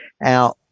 now